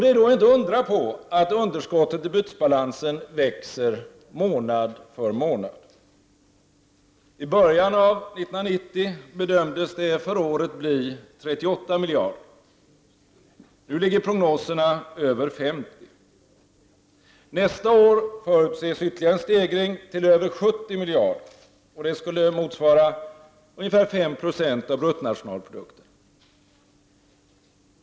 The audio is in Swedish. Det är inte undra på att underskottet i bytesbalansen växer månad för månad. I början av 1990 bedömdes det för året bli 38 miljarder — nu ligger prognoserna på över 50 miljarder. Nästa år förutses ytterligare en stegring till över 70 miljarder, vilket skulle motsvara ungefär 5 90 av bruttonationalprodukten.